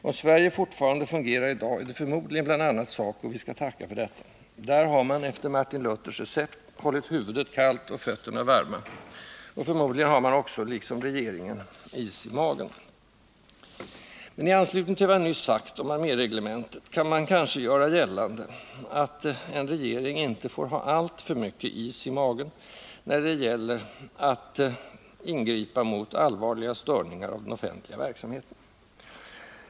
Om Sverige fortfarande fungerar i dag, är det förmodligen bl.a. SACO vi skall tacka för detta. Där har man, efter Martin Luthers recept, hållit huvudet kallt och fötterna varma. Förmodligen har man också, liksom regeringen, is i magen. Men i anslutning till vad jag nyss har sagt om arméreglementet kan man kanske göra gällande att en regering inte får ha alltför mycket is i magen när det gäller att ingripa mot allvarliga störningar i den offentliga verksamheten.